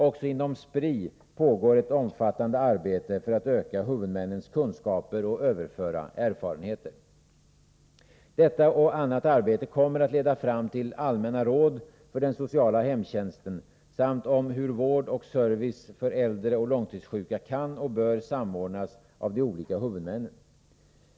Också inom Spri pågår ett omfattande arbete för att öka huvudmännens kunskaper och överföra erfarenheter. Detta och annat arbete kommer att leda fram till allmänna råd om den sociala hemtjänsten samt råd om hur vård och service för äldre och långtidssjuka kan och bör samordnas av de olika huvudmännen.